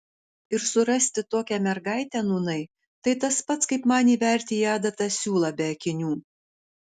ir surasti tokią mergaitę nūnai tai tas pats kaip man įverti į adatą siūlą be akinių